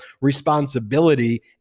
responsibility